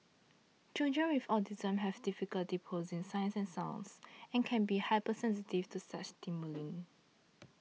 children with autism have difficulty processing sights and sounds and can be hypersensitive to such stimuli